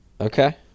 okay